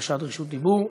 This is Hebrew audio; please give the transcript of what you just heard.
בקשת רשות דיבור,